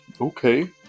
Okay